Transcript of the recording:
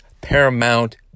Paramount